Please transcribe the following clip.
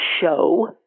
show